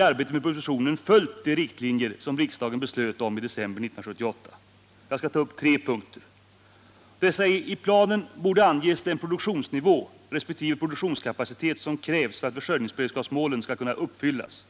arbetet med propositionen följt de riktlinjer som riksdagen beslöt om i december 1978. Jag skall här ta upp tre huvudpunkter i fråga om den övergripande planen för tekoområdet som angavs i riksdagens decemberuttalande: För det första: I planen borde anges den produktionsnivå resp. produktionskapacitet som krävs för att försörjningsberedskapsmålen skall kunna uppfyllas.